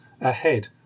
ahead